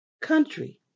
Country